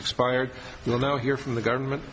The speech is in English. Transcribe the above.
expired you will know here from the government